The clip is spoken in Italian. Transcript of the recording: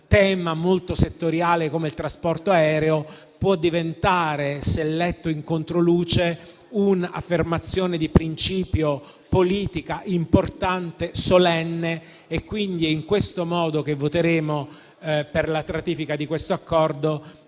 tema molto settoriale come il trasporto aereo, può diventare, se letto in controluce, un'affermazione di principio politica, importante e solenne. È in questo modo, dunque, che voteremo per la ratifica di questo Accordo,